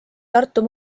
tartu